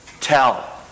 tell